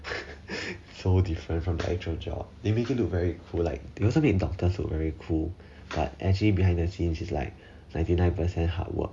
so different from actual job they make it look very cool like they also make doctors look very cool but actually behind the scenes is like ninety nine percent hard work